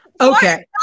Okay